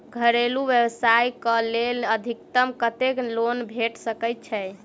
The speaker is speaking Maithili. घरेलू व्यवसाय कऽ लेल अधिकतम कत्तेक लोन भेट सकय छई?